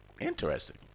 Interesting